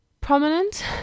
prominent